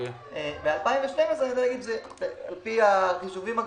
ב-2012, על פי החישובים הגסים,